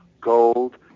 gold